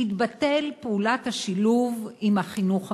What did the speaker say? תתבטל פעולת השילוב עם החינוך המיוחד.